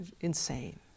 Insane